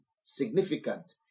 significant